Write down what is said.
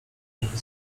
żeby